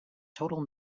total